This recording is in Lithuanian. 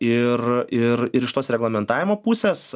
ir ir ir iš tos reglamentavimo pusės